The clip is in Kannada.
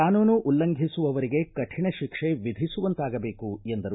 ಕಾನೂನು ಉಲ್ಲಂಘಿಸುವವರಿಗೆ ಕಠಣ ಶಿಕ್ಷೆ ವಿಧಿಸುವಂತಾಗಬೇಕು ಎಂದರು